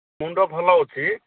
ମୁଣ୍ଡ ଭଲ ଅଛି